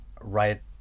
right